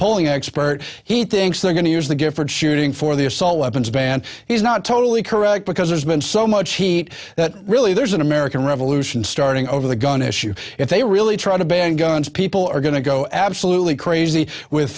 polling expert he thinks they're going to use the giffords shooting for the assault weapons ban is not totally correct because there's been so much heat that really there's an american revolution starting over the gun issue if they really try to ban guns people are going to go absolutely crazy with